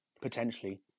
potentially